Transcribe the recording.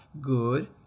good